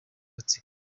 gatsiko